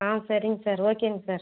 ஆ சரிங்க சார் ஓகேங்க சார்